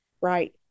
right